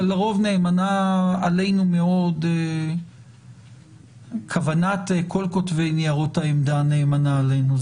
אבל לרוב נאמנה עלינו מאוד כוונת כל כותבי ניירות העמדה נאמנה עלינו,